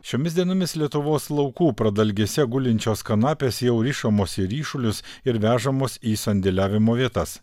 šiomis dienomis lietuvos laukų pradalgėse gulinčios kanapės jau rišamos į ryšulius ir vežamos į sandėliavimo vietas